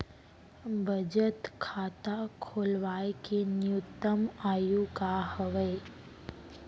बचत खाता खोलवाय के न्यूनतम आयु का हवे?